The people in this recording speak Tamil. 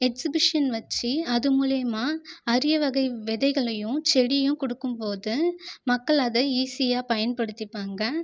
எக்சிபிஷன் வச்சு அது மூலியமா அரிய வகை விதைகளையும் செடியும் கொடுக்கும் போது மக்கள் அதை ஈசியா பயன்படுத்திப்பாங்கள்